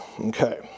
Okay